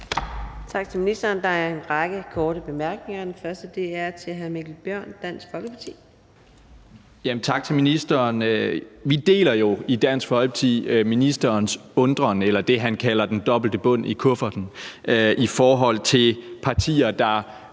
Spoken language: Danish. Vi deler jo i Dansk Folkeparti ministerens undren eller det, han kalder den dobbelte bund i kufferten, i forhold til partier, der,